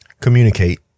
communicate